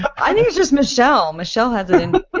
i think it's just michelle. michelle has it in but but